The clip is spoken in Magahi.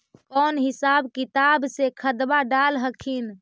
कौन हिसाब किताब से खदबा डाल हखिन?